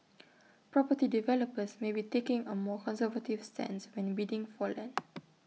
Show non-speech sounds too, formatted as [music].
[noise] property developers may be taking A more conservative stance when bidding for land [noise]